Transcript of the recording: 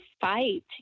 fight